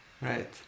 right